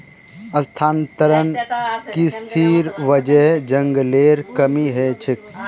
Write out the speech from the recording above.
स्थानांतरण कृशिर वजह जंगलेर कमी ह छेक